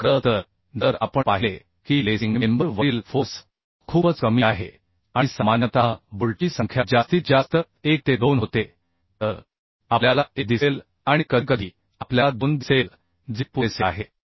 आणि खरं तर जर आपण पाहिले की लेसिंग मेंबर वरील फोर्स खूपच कमी आहे आणि सामान्यतः बोल्टची संख्या जास्तीत जास्त 1 ते 2 होते तर आपल्याला 1 दिसेल आणि कधीकधी आपल्याला 2 दिसेल जे पुरेसे आहे